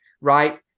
right